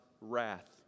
wrath